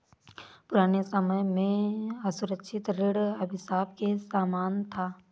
पुराने समय में असुरक्षित ऋण अभिशाप के समान था